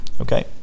Okay